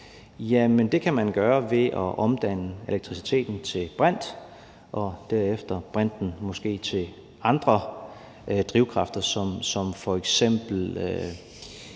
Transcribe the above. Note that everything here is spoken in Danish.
Det kan man gøre ved at omdanne elektriciteten til brint og derefter brinten til måske andre former for drivkraft